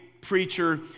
preacher